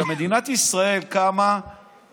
עכשיו, מדינת ישראל קמה, היא